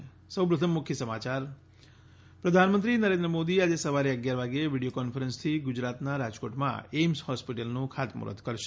ૈ પ્રધાનમંત્રી નરેન્દ્ર મોદી આજે સવારે અગિયાર વાગે વિડિયો કોન્ફરન્સથી ગુજરાતના રાજકોટમાં એઈમ્સ હૉસ્પિટલનું ખાતમૂહૂર્ત કરશે